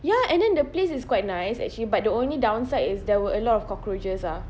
ya and then the place is quite nice actually but the only downside is there were a lot of cockroaches ah